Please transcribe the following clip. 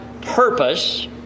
purpose